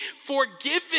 forgiven